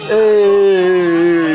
Hey